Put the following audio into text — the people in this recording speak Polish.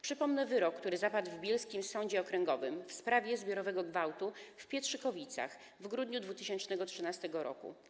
Przypomnę wyrok, który zapadł w bielskim sądzie okręgowym w sprawie zbiorowego gwałtu w Pietrzykowicach w grudniu 2013 r.